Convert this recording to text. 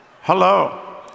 Hello